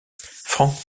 frank